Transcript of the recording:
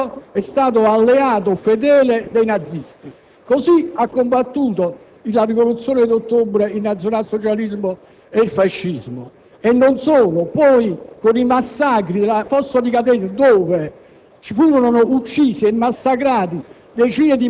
per ben due anni il comunismo sovietico è stato alleato fedele dei nazisti. Così ha combattuto la Rivoluzione d'ottobre il nazionasocialismo e il fascismo! Non solo: poi ci furono i massacri come la fossa di Katyn dove